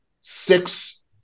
six